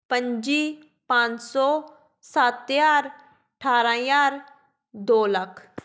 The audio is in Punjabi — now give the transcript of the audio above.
ਪੱਜੀ ਪੰਜ ਸੌ ਸੱਤ ਹਜ਼ਾਰ ਅਠਾਰਾਂ ਹਜ਼ਾਰ ਦੋ ਲੱਖ